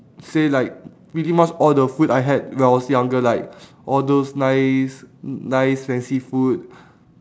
say like pretty much all the food I had when I was younger like all those nice nice fancy food